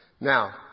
Now